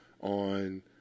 on